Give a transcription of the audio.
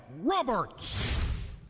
Roberts